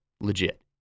Legit